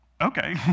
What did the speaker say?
okay